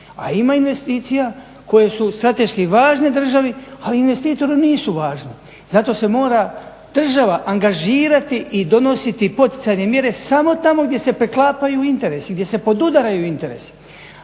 a ima investicija koje su strateški važne državi ali investitoru nisu važne zato se mora država angažirati i donositi poticajne mjere samo tamo gdje se preklapaju interesi, gdje se podudaraju interesi.